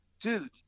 dude